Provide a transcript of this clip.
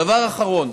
דבר אחרון,